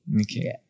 Okay